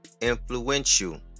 influential